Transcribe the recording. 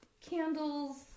candles